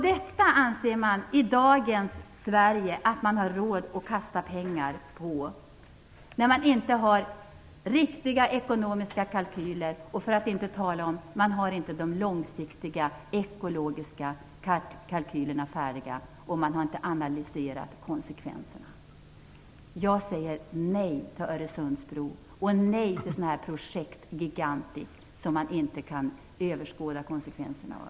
Detta anser man i dagens Sverige att man har råd att kasta ut pengar på, när man inte har riktiga ekonomiska kalkyler, för att inte tala om att man inte har de långsiktiga ekologiska kalkylerna färdiga, och man har inte analyserat konsekvenserna. Jag säger nej till Öresundsbron och nej till sådana här gigantiska projekt som man inte kan överskåda konsekvenserna av.